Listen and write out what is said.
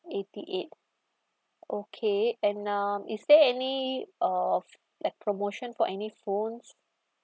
eighty eight okay and um is there any of like promotion for any phones